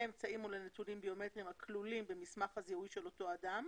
לאמצעי ולנתונים ביומטריים הכלולים במסמך הזיהוי של אותו אדם